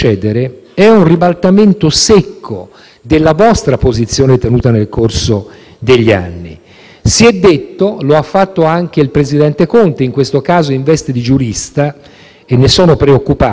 stato detto, lo ha fatto anche il presidente Conte, in questo caso in veste di giurista, e ne sono preoccupato, che «chi tira in ballo le immunità non sa di cosa parla».